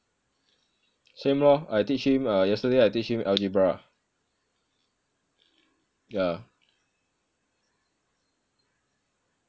same lor I teach him uh yesterday I teach him algebra yah